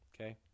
Okay